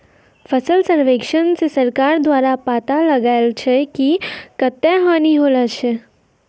फसल सर्वेक्षण से सरकार द्वारा पाता लगाय छै कि कत्ता हानि होलो छै